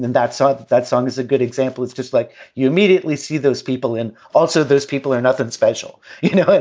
and that song that song is a good example is just like you immediately see those people. and also those people are nothing special. you know,